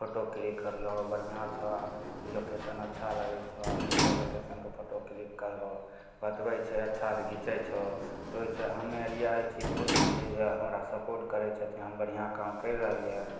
photo click करलहो बढ़िआँ छऽ लोकेशन अच्छा लगै छऽ ई कोन लोकेशनके फोटो क्लिक करलहो बतबै छै अच्छासे घिचै छहो तऽ ओहिसे हमे भी आइ खुश होइ छिए जे हमरा सपोर्ट करै छथिन बढ़िआँ काम करि रहलिए हँ